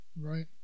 Right